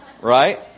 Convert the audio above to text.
Right